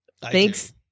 Thanks